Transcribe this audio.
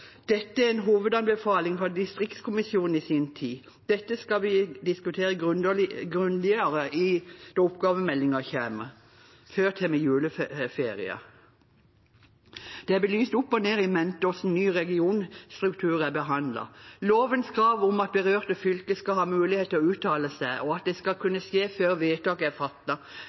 en hovedanbefaling fra Distriktskommisjonen i sin tid. Dette skal vi diskutere grundigere når oppgavemeldingen behandles, før vi tar juleferie. Det er belyst opp og ned og i mente hvordan ny regionstruktur er behandlet. Lovens krav om at berørte fylker skal ha mulighet til å uttale seg, og at det skal kunne skje før vedtak er